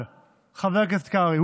חבר הכנסת קרעי,